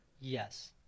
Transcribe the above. Yes